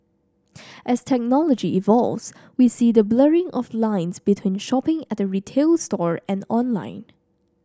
as technology evolves we see the blurring of lines between shopping at a retail store and online